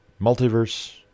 multiverse